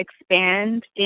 expand